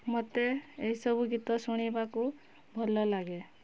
ମୋତେ ଏ ସବୁ ଗୀତ ଶୁଣିବାକୁ ଭଲଲାଗେ